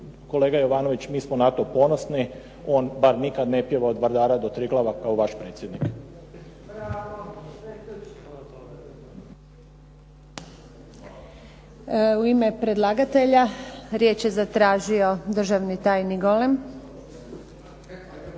kolega Jovanović, mi smo na to ponosni, on bar nikad ne pjeva od Vardara do Triglava kao vaš predsjednik. **Antunović, Željka (SDP)** U ime predlagatelja riječ je zatražio državni tajnik Golem.